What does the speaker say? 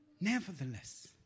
Nevertheless